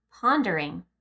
pondering